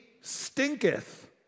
stinketh